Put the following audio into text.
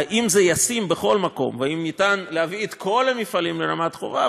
האם זה ישים בכל מקום והאם אפשר להביא את כל המפעלים לרמת חובב?